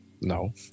No